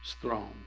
throne